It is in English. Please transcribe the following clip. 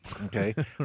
Okay